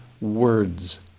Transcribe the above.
words